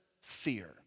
fear